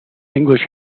english